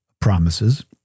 promises